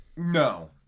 No